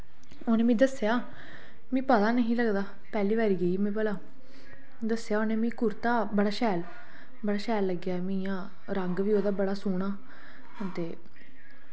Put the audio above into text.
उनें मीं दस्सेआ मीं पता गै निहा लगदा पैह्ली बारी गेई में भला दस्सेआ उें मीं कुर्ता बड़ा शैल बड़ा शैल लग्गेआ मीं इयां रंग बी ओह्दा बड़ा सोह्ना ते